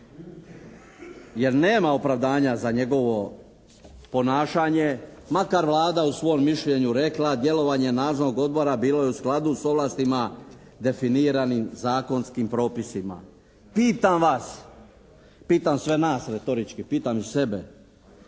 jer nema opravdanja za njegovo ponašanje, makar Vlada u svom mišljenju rekla djelovanje nadzornog odbora bilo je u skladu sa ovlastima definiram zakonskim propisima. Pitam vas, pitam sve nas retorički, pitam i sebe,